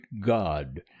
god